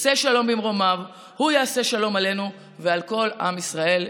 עושה שלום במרומיו הוא יעשה שלום עלינו ועל כל עם ישראל,